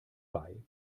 bei